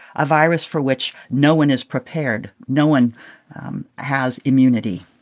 a virus for which no one is prepared. no one has immunity